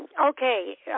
Okay